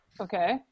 Okay